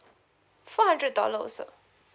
four hundred dollars also